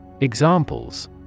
Examples